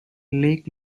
lake